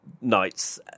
nights